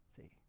See